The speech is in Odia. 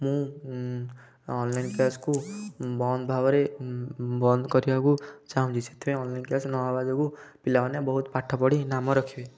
ମୁଁ ଅନଲାଇନ୍ କ୍ଲାସ୍କୁ ବନ୍ଦ ଭାବରେ ବନ୍ଦ କରିବାକୁ ଚାହୁଁନି ସେଥିପାଇଁ ଅନଲାଇନ୍ କ୍ଲାସ ନହେବା ଯୋଗୁ ପିଲାମାନେ ବହୁତ ପାଠ ପଢ଼ି ନାମ ରଖିବେ